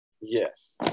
yes